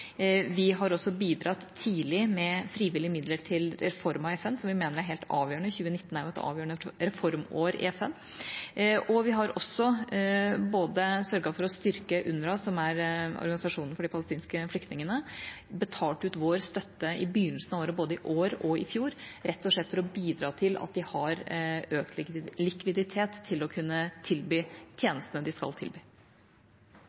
Vi har også tidlig bidratt med frivillige midler til reform av FN, som vi mener er helt avgjørende. 2019 er et avgjørende reformår i FN. Vi har også sørget for å styrke UNRWA, som er organisasjonen for de palestinske flyktningene, og betalt ut vår støtte i begynnelsen av året, både i år og i fjor, rett og slett for å bidra til at de har økt likviditet for å kunne tilby